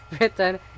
written